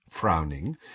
frowning